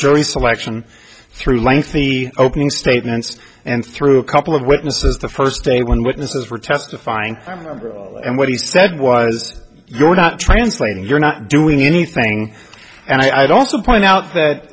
jury selection through lengthy opening statements and through a couple of witnesses the first day when witnesses were testifying and what he said was going out translating you're not doing anything and i'd also point out that